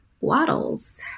Waddles